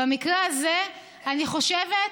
במקרה הזה אני חושבת,